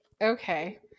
okay